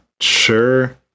sure